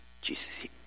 Jesus